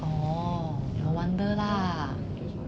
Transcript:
oh no wonder lah